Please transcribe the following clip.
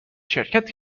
شرکت